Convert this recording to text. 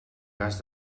cas